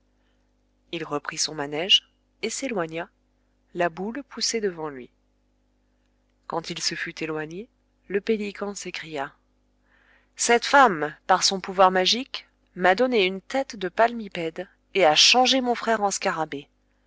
il reprit son manège et s'éloigna la boule poussée devant lui quand il se fut éloigné le pélican s'écria cette femme par son pouvoir magique m'a donné une tête de palmipède et a changé mon frère en scarabée